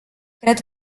cred